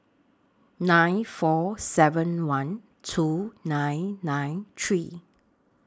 nine four seven one two nine nine three